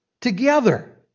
together